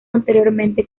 anteriormente